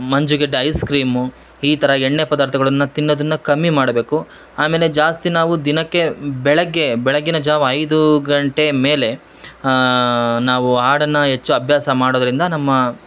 ಮಂಜುಗೆಡ್ಡೆ ice cream ಈ ಥರ ಎಣ್ಣೆ ಪದಾರ್ಥಗಳನ್ನ ತಿನ್ನದನ್ನ ಕಮ್ಮಿ ಮಾಡಬೇಕು ಆಮೇಲೆ ಜಾಸ್ತಿ ನಾವು ದಿನಕ್ಕೆ ಬೆಳಗ್ಗೆ ಬೆಳಗ್ಗಿನ ಜಾವ ಐದು ಗಂಟೆ ಮೇಲೆ ನಾವು ಆಡನ್ನ ಹೆಚ್ಚು ಅಭ್ಯಾಸ ಮಾಡೋದರಿಂದ ನಮ್ಮ